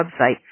website